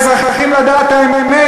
60 שנה מנעתם מהאזרחים לדעת את האמת.